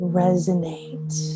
resonate